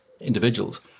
individuals